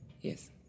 Yes